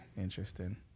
Interesting